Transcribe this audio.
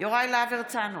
יוראי להב הרצנו,